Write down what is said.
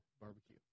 barbecue